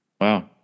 Wow